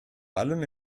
allem